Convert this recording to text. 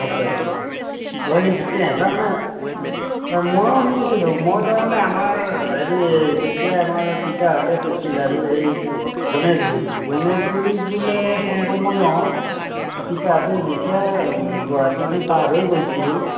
আচ্ছা তাৰমানে মইও শুনিছিলোঁ মই তাৰমানে আমাৰ হেৰি যেতিয়া আমাৰ পিতাহঁতে কৈছিল আৰু এই গণেশগুৰি গণেশগুৰিত বোলে সেই সময়ত পিতাহঁতে যেতিয়া গুৱাহাটী দি পাৰ হৈ গৈছিল